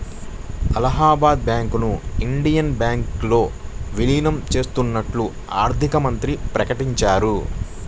అలహాబాద్ బ్యాంకును ఇండియన్ బ్యాంకులో విలీనం చేత్తన్నట్లు ఆర్థికమంత్రి ప్రకటించారు